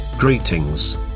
Greetings